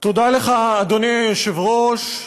תודה לך, אדוני היושב-ראש.